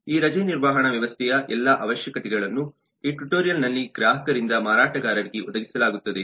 ಈ ರಜೆ ನಿರ್ವಹಣಾ ವ್ಯವಸ್ಥೆಯ ಎಲ್ಲಾ ಅವಶ್ಯಕತೆಗಳನ್ನು ಈ ಟ್ಯುಟೋರಿಯಲ್ ನಲ್ಲಿ ಗ್ರಾಹಕರಿಂದ ಮಾರಾಟಗಾರರಿಗೆ ಒದಗಿಸಲಾಗುತ್ತದೆ